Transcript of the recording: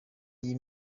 iyi